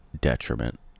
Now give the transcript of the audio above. detriment